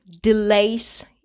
delays